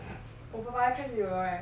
我爸爸要开始有 liao leh